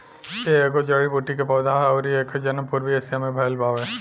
इ एगो जड़ी बूटी के पौधा हा अउरी एकर जनम पूर्वी एशिया में भयल बावे